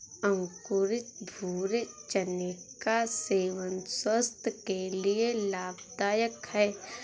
अंकुरित भूरे चने का सेवन स्वास्थय के लिए लाभदायक है